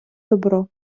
добро